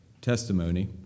testimony